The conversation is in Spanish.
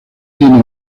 tiene